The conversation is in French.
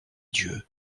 dieu